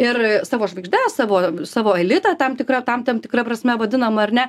ir savo žvaigždes savo savo elitą tam tikra tam ten tikra prasme vadinamą ar ne